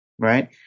Right